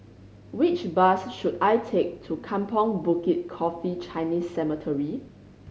which bus should I take to Kampong Bukit Coffee Chinese Cemetery